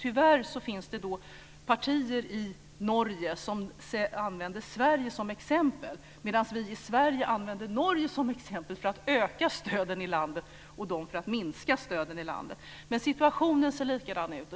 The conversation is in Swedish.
Tyvärr finns det partier i Norge som använder Sverige som exempel för att minska stöden i landet, medan vi i Sverige använder Norge som exempel för att öka stöden i landet. Men situationen ser likadan ut.